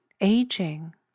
aging